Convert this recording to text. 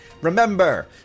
Remember